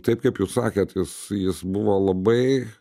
taip kaip jūs sakėt jis jis buvo labai